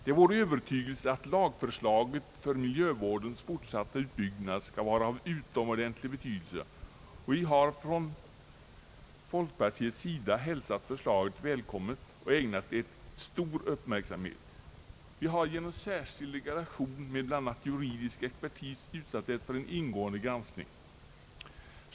Det är vår övertygelse att lagförslaget för miljövårdens fortsatta utbyggnad skall vara av utomordentlig betydelse, och vi har från folkpartiets sida hälsat förslaget välkommet och ägnat det stor uppmärksamhet. Vi har genom en särskild delegation med bl.a. juridisk expertis utsatt det för en ingående granskning.